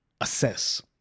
assess